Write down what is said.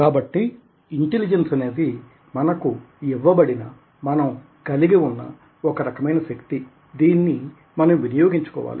కాబట్టి ఇంటెలిజెన్స్ అనేది మనకు ఇవ్వబడిన మనం కలిగి ఉన్న ఒక రకమైన శక్తి దీనిని మనం వినియోగించుకోవాలి